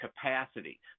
capacity